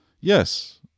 Yes